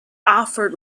offered